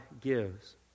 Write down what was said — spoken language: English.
gives